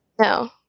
no